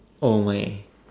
oh my